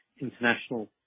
international